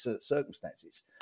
circumstances